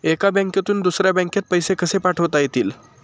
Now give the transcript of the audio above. एका बँकेतून दुसऱ्या बँकेत पैसे कसे पाठवता येतील?